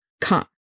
come